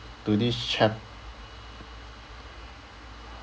to this chap~